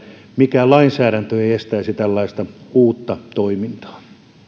mikään lainsäädäntö ei estäisi tällaista uutta toimintaa